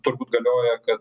turbūt galioja kad